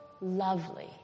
lovely